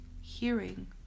hearing